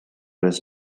his